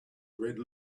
red